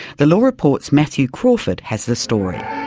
the law report's matthew crawford has the story.